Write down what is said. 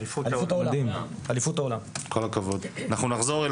זה ארגון ללא כוונת רווח, כל שקל שמושקע הולך